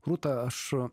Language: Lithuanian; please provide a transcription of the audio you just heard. rūta aš